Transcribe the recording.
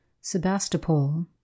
Sebastopol